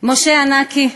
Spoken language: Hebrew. משה ענקי,